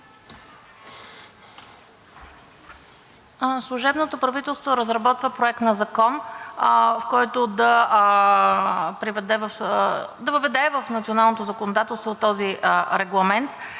Служебното правителство разработва Проект на закон, с който да въведе в националното законодателство този регламент.